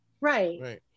right